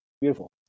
Beautiful